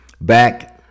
back